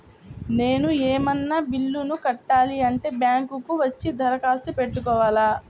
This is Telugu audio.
నేను ఏమన్నా బిల్లును కట్టాలి అంటే బ్యాంకు కు వచ్చి దరఖాస్తు పెట్టుకోవాలా?